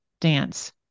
dance